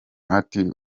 ati